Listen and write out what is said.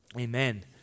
Amen